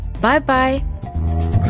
bye-bye